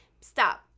stop